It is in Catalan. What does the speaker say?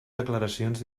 declaracions